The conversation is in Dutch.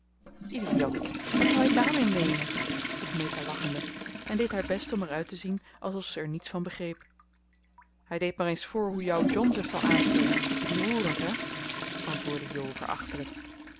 idioot wat zou hij daarmee meenen vroeg meta lachende en deed haar best om er uit te zien alsof ze er niets van begreep hij deed maar eens voor hoe jouw john zich zal aanstellen roerend hè antwoordde jo